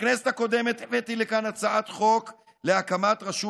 בכנסת הקודמת הבאתי לכאן הצעת חוק להקמת רשות